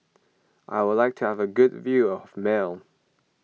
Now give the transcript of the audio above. I would like to have a good view of Male